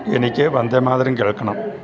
എനിക്ക് വന്ദേ മാതരം കേൾക്കണം